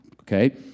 Okay